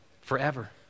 forever